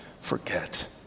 forget